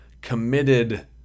committed